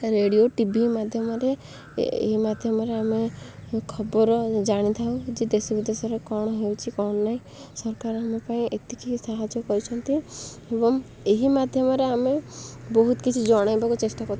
radio T V ମାଧ୍ୟମରେ ଏହି ମାଧ୍ୟମରେ ଆମେ ଖବର ଜାଣି ଥାଉ ଯେ ଦେଶ ବିଦେଶରେ କ'ଣ ହେଉଛି କ'ଣ ନାହିଁ ସରକାର ଆମ ପାଇଁ ଏତିକି ସାହାଯ୍ୟ କରିଛନ୍ତି ଏବଂ ଏହି ମାଧ୍ୟମରେ ଆମେ ବହୁତ କିଛି ଜଣେଇବାକୁ ଚେଷ୍ଟା କରିଥାଉ